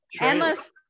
Emma's